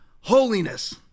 holiness